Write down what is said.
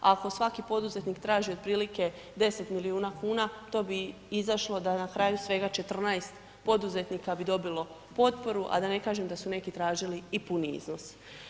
Ako svaki poduzetnik traži otprilike 10 milijuna kuna to bi izašlo da na kraju svega 14 poduzetnika bi dobilo potporu a da ne kažem da su neki tražili i puni iznos.